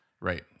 Right